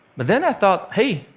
but then i thought, hey,